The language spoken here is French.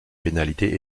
pénalités